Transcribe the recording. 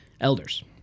Elders